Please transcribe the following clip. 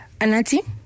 Anati